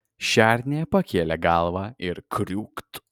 šernė pakėlė galvą ir kriūkt